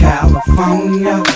California